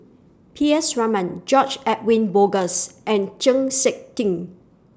P S Raman George Edwin Bogaars and Chng Seok Tin